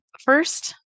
first